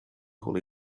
holy